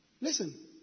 Listen